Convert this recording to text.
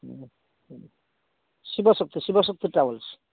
ହୁଁ ହୁଁ ଶିବଶକ୍ତି ଶିବଶକ୍ତି ଟ୍ରାଭେଲ୍ସ୍